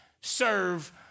serve